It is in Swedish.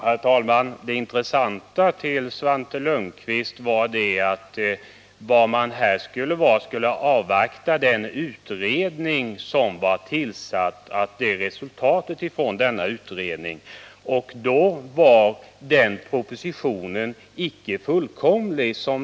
Herr talman! Jag vill till Svante Lundkvist säga att vad som var intressant var att man skulle avvakta resultatet av den utredning som tillsatts. Det i propositionen framlagda förslaget var alltså icke fullständigt.